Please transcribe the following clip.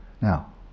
Now